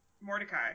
Mordecai